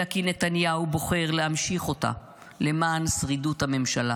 אלא כי נתניהו בוחר להמשיך אותה למען שרידות הממשלה.